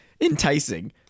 enticing